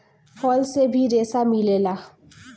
फल से भी रेसा मिलेला